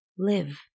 Live